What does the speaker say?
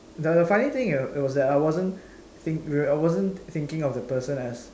the the funny thing was that I wasn't think~ I wasn't thinking of the person as